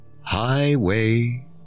Highway